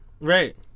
Right